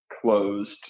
closed